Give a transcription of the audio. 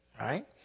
right